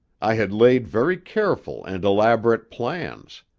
i had laid very careful and elaborate plans.